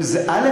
א.